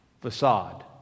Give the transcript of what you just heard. facade